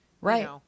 Right